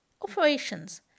operations